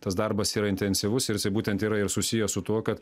tas darbas yra intensyvus ir jisai būtent yra ir susijęs su tuo kad